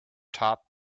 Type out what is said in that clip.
top